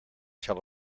tell